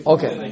Okay